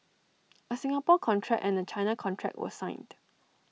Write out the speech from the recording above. A Singapore contract and A China contract were signed